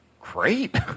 great